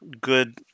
good